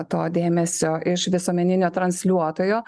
to dėmesio iš visuomeninio transliuotojo